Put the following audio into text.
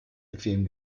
bequem